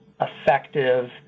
effective